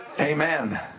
Amen